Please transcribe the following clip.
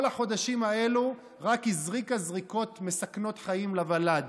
כל החודשים האלה היא רק הזריקה זריקות מסכנות חיים לוולד,